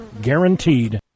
Guaranteed